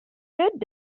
good